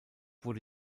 wurde